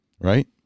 right